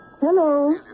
Hello